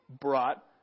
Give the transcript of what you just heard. brought